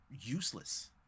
useless